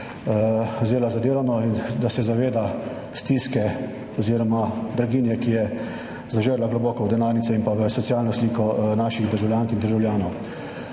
vzela za deloven in da se zaveda stiske oziroma draginje, ki je zažrla globoko v denarnice in pa v socialno sliko naših državljank in državljanov.